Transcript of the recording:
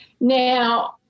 Now